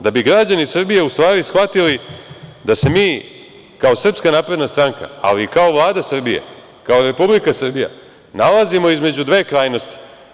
Da bi građani Srbije u stvari shvatili da se mi kao SNS, ali i kao Vlada Srbije, kao Republika Srbija, nalazimo između dve krajnosti.